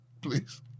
please